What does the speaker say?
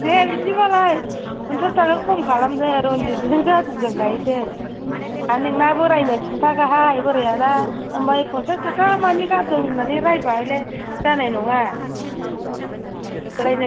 दे बिदिबालाय फनसास थाखा खम खालामदो रन्जितजों जादुजों लायसै आरो नोंना बोरायनो दाखिन्थाहाय बोरायादा मानि फनसास थाखा गाहाम गारदों होनबा हयले जानाय नङा बोरायनो